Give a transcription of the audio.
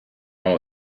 all